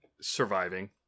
surviving